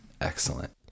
Excellent